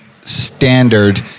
standard